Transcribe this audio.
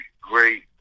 great